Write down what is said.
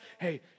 hey